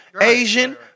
Asian